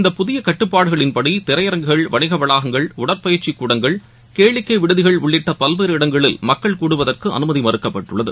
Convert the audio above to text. இந்த புதியகட்டுப்பாடுகளின்படி திரையரங்குகள் வணிகவளாகங்கள் உடற்பயிற்சிகூடங்கள் கேளிக்கைவிடுதிகள் உள்ளிட்டபல்வேறு இடங்களில் மக்கள் கூடுவதற்கு அனுமதி மறக்கப்பட்டுள்ளது